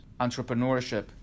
entrepreneurship